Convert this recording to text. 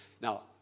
Now